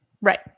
right